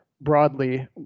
broadly